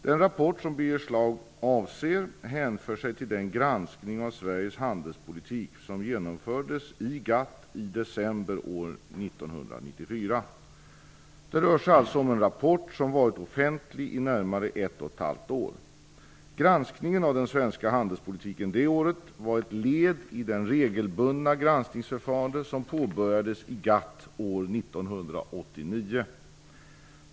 Den rapport Birger Schlaug avser hänför sig till den granskning av Sveriges handelspolitik som genomfördes i GATT i december år 1994. Det rör sig alltså om en rapport som varit offentlig i närmare ett och ett halvt år. Granskningen av den svenska handelspolitiken det året var ett led i det regelbundna granskningsförfarande som påbörjades i GATT år 1989.